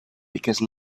because